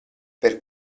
per